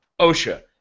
OSHA